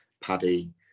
paddy